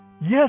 Yes